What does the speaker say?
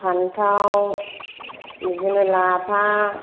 फान्थाव बिदिनो लाफा